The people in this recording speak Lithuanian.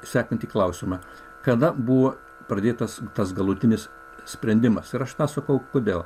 sekantį klausimą kada buvo pradėtas tas galutinis sprendimas ir aš tą sakau kodėl